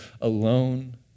alone